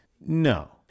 no